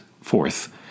Fourth